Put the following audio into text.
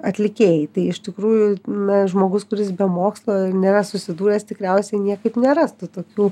atlikėjai tai iš tikrųjų na žmogus kuris be mokslo nėra susidūręs tikriausiai niekaip nerastų tokių